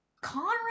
Conrad